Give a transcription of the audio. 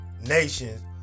nations